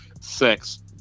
Sex